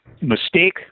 Mistake